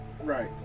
right